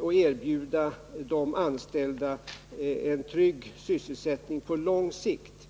och erbjuda de anställda en trygg sysselsättning på lång sikt.